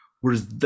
Whereas